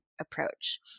approach